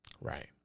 Right